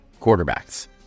quarterbacks